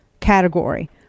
category